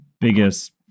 biggest